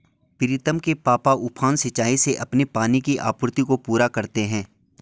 प्रीतम के पापा ने उफान सिंचाई से अपनी पानी की आपूर्ति को पूरा करते हैं